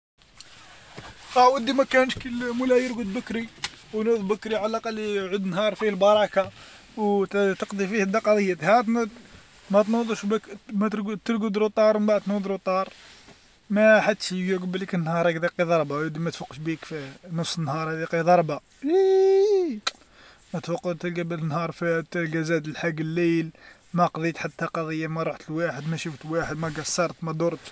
ياودي ما كانش كي المولى يرقد بكري وينوض بكري على الأقل ي- يعود نهار فيه البراكه، وت- تقضي فيه ها تنوض، ما تنوضش بكر ما ترقد، ترقد متأخر ومن بعد تنوض متأخر، ما حدش يقبلك النهار هكداك ضربه عود ما تفيقش بيك في نص النهار يليق ضربه، ما توقعت تقابل في النهار تلقى زاد لحق الليل، ما قضيت حتى قضيه ما رحت لواحد ما شفت واحد ما قصرت ما درت.